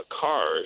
cars